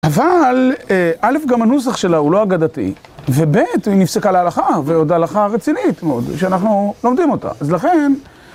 אבל אל"ף - גם הנוסח שלה הוא לא אגדתי, ובי"ת - היא נפסקה להלכה, ועוד הלכה רצינית מאוד, שאנחנו לומדים אותה. אז לכן...